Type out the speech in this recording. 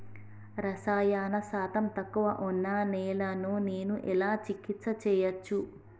రసాయన శాతం తక్కువ ఉన్న నేలను నేను ఎలా చికిత్స చేయచ్చు?